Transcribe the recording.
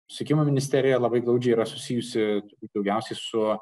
susisiekimo ministerija labai glaudžiai yra susijusi daugiausiai su